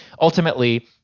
ultimately